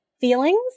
feelings